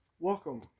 Welcome